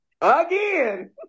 again